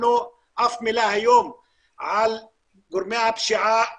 לא שמענו אף מילה היום על גורמי הפשיעה